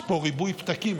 יש פה ריבוי פתקים.